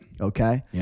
Okay